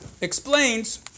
explains